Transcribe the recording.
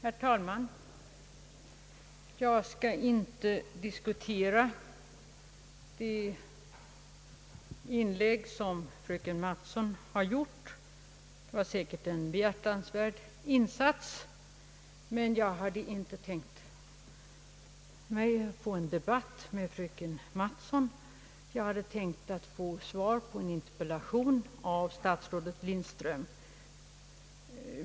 Herr talman! Jag skall inte diskutera de inlägg som fröken Mattson har gjort. Det var säkert en behjärtansvärd in 114 Nr 35 sats, men jag hade inte tänkt få en debatt med fröken Mattson. Jag hade tänkt att få svar av statsrådet Lindström på min interpellation.